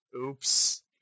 Oops